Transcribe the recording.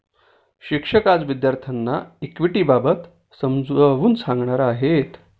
शिक्षक आज विद्यार्थ्यांना इक्विटिबाबत समजावून सांगणार आहेत